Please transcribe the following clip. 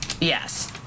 Yes